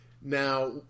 Now